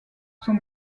son